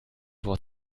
wort